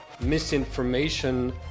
misinformation